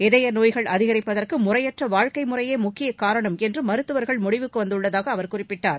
இதய நோய்கள் அதிகரிப்பதற்கு முறையற்ற வாழ்க்கை முறையே முக்கிய காரணம் என்று மருத்துவர்கள் முடிவுக்கு வந்துள்ளதாக அவர் குறிப்பிட்டார்